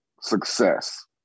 success